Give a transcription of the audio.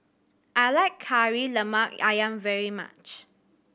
I like Kari Lemak Ayam very much